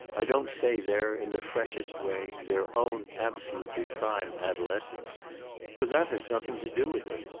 i don't say they're, in the freshest way, their own absolutely prime adolescence for that has nothing to do with it.